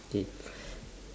K